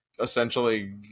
essentially